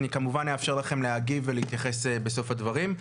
אני כמובן אאפשר לכם להגיב ולהתייחס בסוף הדברים.